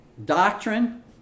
Doctrine